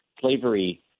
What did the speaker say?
slavery